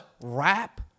rap